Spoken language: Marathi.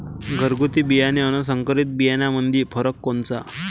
घरगुती बियाणे अन संकरीत बियाणामंदी फरक कोनचा?